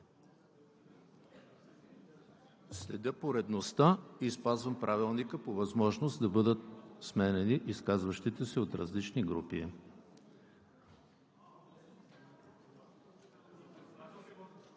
Следя поредността и спазвам Правилника – по възможност да бъдат сменяни изказващите се от различни групи.